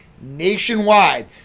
nationwide